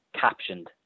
captioned